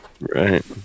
Right